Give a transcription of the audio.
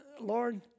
Lord